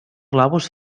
globus